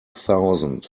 thousand